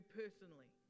personally